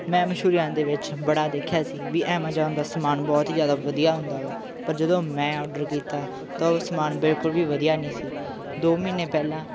ਮੈਂ ਮਸ਼ਹੂਰੀਆਂ ਦੇ ਵਿੱਚ ਬੜਾ ਦੇਖਿਆ ਸੀ ਵੀ ਐਮਾਜ਼ੋਨ ਦਾ ਸਮਾਨ ਬਹੁਤ ਹੀ ਜ਼ਿਆਦਾ ਵਧੀਆ ਹੁੰਦਾ ਵਾ ਪਰ ਜਦੋਂ ਮੈਂ ਔਡਰ ਕੀਤਾ ਤਾਂ ਉਹ ਸਮਾਨ ਬਿਲਕੁਲ ਵੀ ਵਧੀਆ ਨਹੀਂ ਸੀ ਦੋ ਮਹੀਨੇ ਪਹਿਲਾਂ